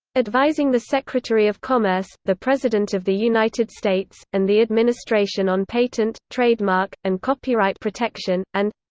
advising the secretary of commerce, the president of the united states, and the administration on patent, trademark, and copyright protection and